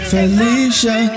Felicia